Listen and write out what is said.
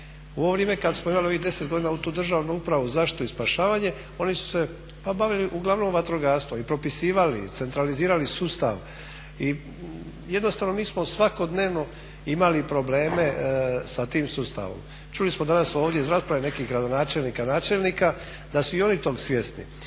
U ovo vrijeme kad smo imali ovih 10 godina tu Državnu upravu za zaštitu i spašavanje oni su se bavili uglavnom vatrogasnom i propisivali i centralizirali sustav i jednostavno mi smo svakodnevno imali probleme sa tim sustavom. Čuli smo danas ovdje iz rasprave nekih gradonačelnika, načelnika da su i oni tog svjesni.